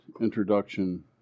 introduction